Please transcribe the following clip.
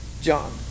John